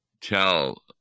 tell